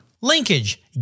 Linkage